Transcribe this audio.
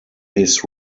his